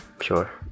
sure